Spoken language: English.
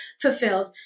fulfilled